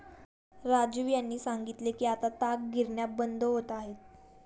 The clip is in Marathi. राजीव यांनी सांगितले की आता ताग गिरण्या बंद होत आहेत